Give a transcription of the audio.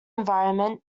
environment